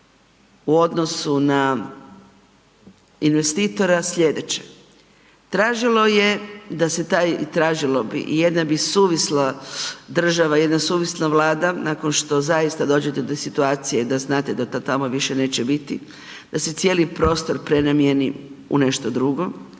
u odnosu na investitora slijedeće. Tražilo je da se taj i tražilo bi i jedna bi suvisla država, jedna suvisla Vlada nakon što zaista dođete do situacije da znate da to tamo više neće biti, da se cijeli prostor prenamijeni u nešto drugo,